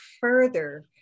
further